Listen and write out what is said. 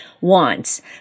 wants